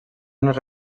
unes